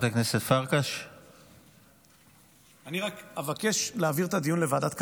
אני רק אסכם בזה: